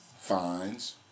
fines